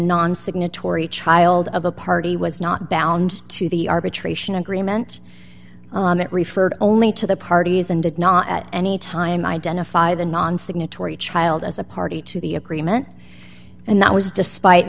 non signatory child of a party was not bound to the arbitration agreement that referred only to the parties and did not at any time identify the non signatory child as a party to the agreement and that was despite